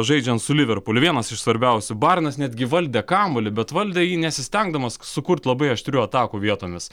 žaidžiant su liverpuliu vienas iš svarbiausių bajernas netgi valdė kamuolį bet valdė jį nesistengdamas sukurti labai aštrių atakų vietomis